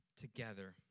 together